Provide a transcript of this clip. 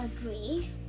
agree